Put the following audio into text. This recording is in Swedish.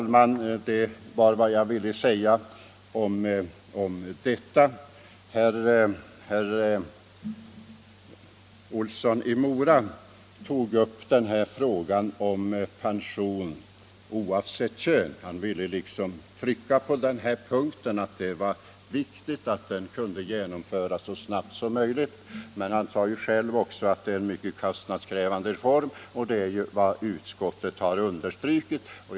Herr Jonsson i Mora tog upp frågan om pension oavsett civilstånd och underströk att det var viktigt att en sådan kunde genomföras så snabbt som möjligt. Men han sade själv också att det är en mycket kostnadskrävande reform, och det har också utskottet betonat.